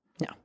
no